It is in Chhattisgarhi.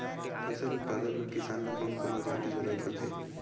फसल उत्पादन बर किसान ला कोन कोन औजार के जरूरत होथे?